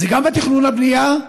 זה גם תכנון הבנייה,